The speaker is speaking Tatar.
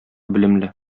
белемле